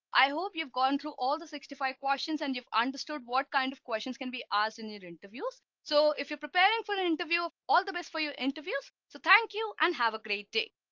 i hope you've gone through all the sixty five questions and you've understood what kind of questions can be asked in your interviews. so if you're preparing for an interview all the best for your interviews, so thank you and have a great day.